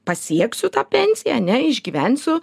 pasieksiu tą pensiją neišgyvensiu